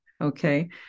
Okay